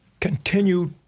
continue